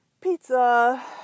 pizza